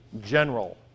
general